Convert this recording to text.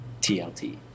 TLT